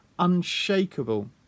unshakable